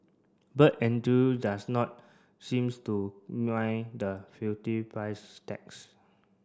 bird does not seems to mind the hefty price tags